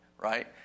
right